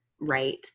right